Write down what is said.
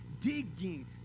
digging